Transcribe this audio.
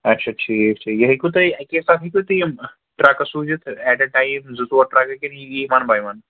اَچھا ٹھیٖک چھُ یہِ ہیٚکوٕ تُہۍ اَکے ساتہٕ ہیٚکوٕ تُہۍ یِم ٹرٛکہٕ سوٗزِتھ ایٹ اے ٹایم زٕ ژور ٹرٛکہٕ کِنہٕ یہِ یِیہِ وَن باے وَن